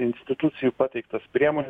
institucijų pateiktas priemones